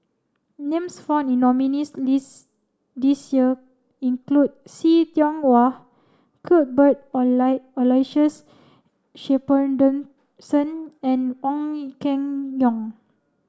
names found in nominees' list this year include See Tiong Wah Cuthbert Aloysius and Ong Keng Yong